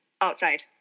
outside